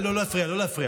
לא להפריע,